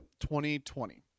2020